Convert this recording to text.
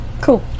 Cool